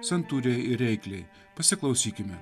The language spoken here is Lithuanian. santūriai ir reikliai pasiklausykime